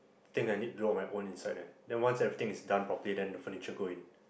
thing that I need to do on my own inside right then once everything is done properly then the furniture go in